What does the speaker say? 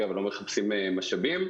מחפשים משאבים,